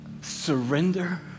surrender